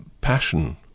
Passion